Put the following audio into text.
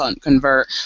convert